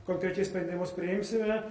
konkrečiai sprendimus priimsime